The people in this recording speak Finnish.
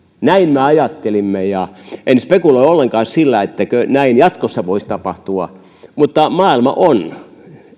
me ajattelimme enkä spekuloi ollenkaan sillä etteikö näin jatkossa voisi tapahtua mutta maailma on